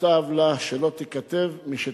ומוטב לה שלא תיכתב משתיכתב.